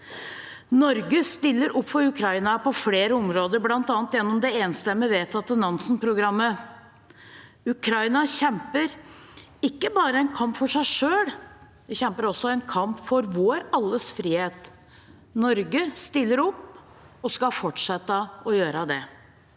Norge stiller opp for Ukraina på flere områder, bl.a. gjennom det enstemmig vedtatte Nansen-programmet. Ukraina kjemper ikke bare en kamp for seg selv, de kjemper også en kamp for vår alles frihet. Norge stiller opp og skal fortsette å gjøre det.